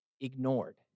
ignored